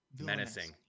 menacing